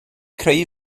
creu